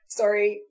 sorry